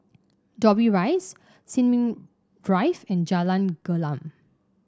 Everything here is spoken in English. Dobbie Rise Sin Ming Drive and Jalan Gelam